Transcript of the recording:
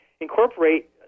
incorporate